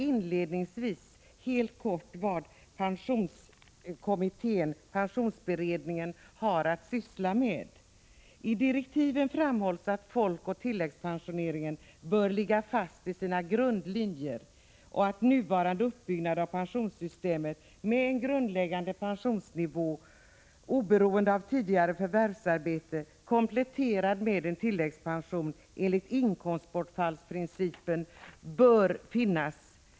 Inledningsvis bara helt kort något om vad pensionsutredningen har att syssla med. I direktiven framhålls att folkoch tilläggspensioneringen bör ligga fast i sina grundlinjer och att nuvarande uppbyggnad av pensionssystemet, med en grundläggande pensionsnivå oberoende av tidigare förvärvsarbete, kompletterad med en tilläggspension enligt inkomstbortfallsprincipen bör finnas.